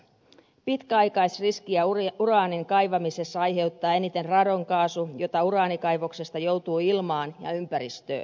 pitkäaikaisriskiä uraanin kaivamisessa aiheuttaa eniten radonkaasu jota uraanikaivoksesta joutuu ilmaan ja ympäristöön